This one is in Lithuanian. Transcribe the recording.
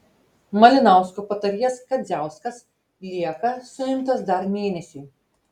malinausko patarėjas kadziauskas lieka suimtas dar mėnesiui